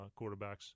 quarterbacks